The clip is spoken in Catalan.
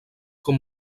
com